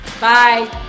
Bye